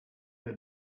that